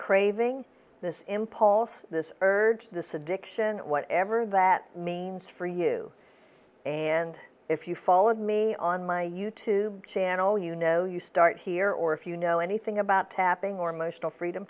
craving this impulse this urge this addiction whatever that means for you and if you followed me on my you tube channel you know you start here or if you know anything about tapping or emotional freedom